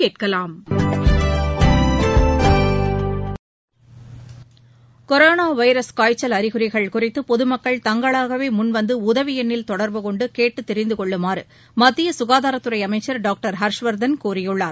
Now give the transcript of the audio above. corona virus காய்ச்சல் அறிகுறிகள் குறித்து பொதுமக்கள் தாங்களாகவே முன்வந்து உதவி எண்ணில் தொடர்பு கொண்டு கேட்டு தெரிந்து கொள்ளுமாறு மத்திய சுகாதாரத் துறை அமைச்சர் டாக்டர் ஹர்ஷ்வர்தன் கூறி உள்ளார்